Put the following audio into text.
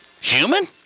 Human